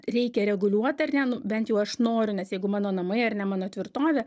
reikia reguliuot ar ne nu bent jau aš noriu nes jeigu mano namai ar ne mano tvirtovė